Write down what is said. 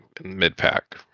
mid-pack